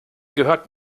gehört